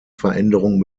veränderung